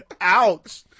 Ouch